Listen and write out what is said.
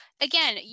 again